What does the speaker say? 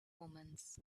omens